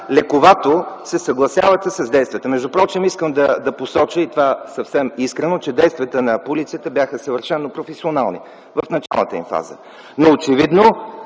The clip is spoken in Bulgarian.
лековато се съгласявате с действията? Междупрочем, искам да посоча съвсем искрено, че действията на полицията бяха съвършено професионални в началната им фаза. Но очевидно